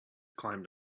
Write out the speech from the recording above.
climbed